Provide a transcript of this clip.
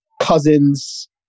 cousins